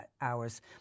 hours